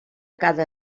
cada